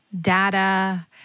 data